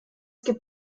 gibt